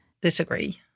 Disagree